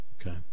Okay